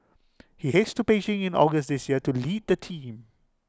he heads to Beijing in August this year to lead the team